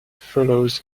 follows